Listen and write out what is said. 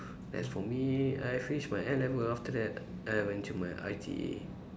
as for me I finish my N-level after that and I went to my I_T_E